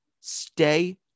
stay